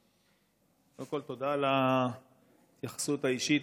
קודם כול, תודה על ההתייחסות האישית.